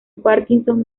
parkinson